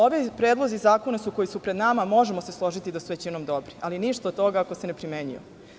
Ovi predlozi zakona koji su pred nama, možemo se složiti, su dobri, ali ništa od toga ako se ne primenjuju.